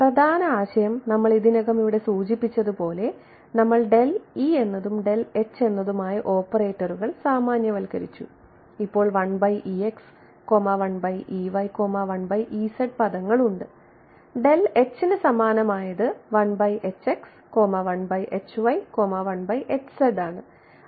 പ്രധാന ആശയം നമ്മൾ ഇതിനകം ഇവിടെ സൂചിപ്പിച്ചതുപോലെ നമ്മൾ എന്നതും എന്നതുമായ ഓപ്പറേറ്ററുകൾ സാമാന്യവൽക്കരിച്ചു ഇപ്പോൾ പദം ഉണ്ട് ന് സമാനമായത്ആണ്